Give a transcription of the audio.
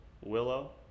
Willow